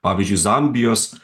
pavyzdžiui zambijos